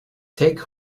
take